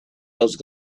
those